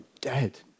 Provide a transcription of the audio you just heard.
dead